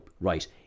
right